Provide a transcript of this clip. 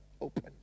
open